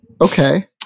Okay